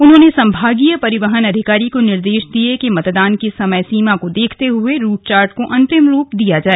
उन्होने सम्भागीय परिवहन अधिकारी को निर्देश दिये कि मतदान की समय सीमा को देखते हये रूटचार्ट को अन्तिम रूप दिय जाए